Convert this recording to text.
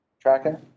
Tracking